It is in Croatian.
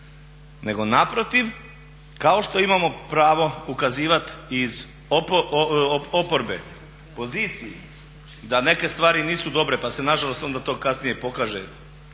nego naprotiv kao što imamo pravo ukazivat iz oporbe poziciji da neke stvari nisu dobre pa se nažalost onda to kasnije pokaže